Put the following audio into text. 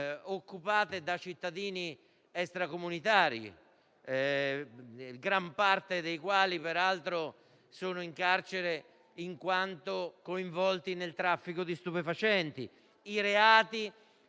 occupate da cittadini extracomunitari, gran parte dei quali, peraltro, è in carcere in quanto coinvolta nel traffico di stupefacenti. Come